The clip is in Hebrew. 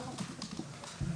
לא מתווכח.